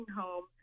home